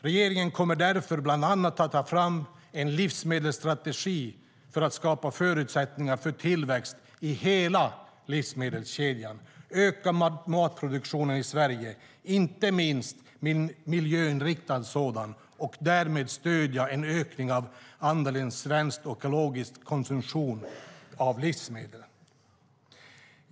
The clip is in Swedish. Regeringen kommer därför bland annat att ta fram en livsmedelsstrategi för att skapa förutsättningar för tillväxt i hela livsmedelskedjan, öka matproduktionen i Sverige, inte minst miljöinriktad sådan, och därmed stödja en ökning av andelen svenskt och ekologiskt i konsumtionen av livsmedel.